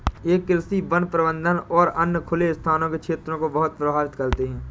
ये कृषि, वन प्रबंधन और अन्य खुले स्थान के क्षेत्रों को बहुत प्रभावित करते हैं